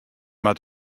moat